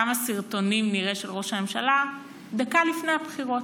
כמה סרטונים של ראש הממשלה נראה דקה לפני הבחירות,